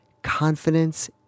Confidence